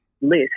list